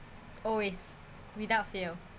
always without fail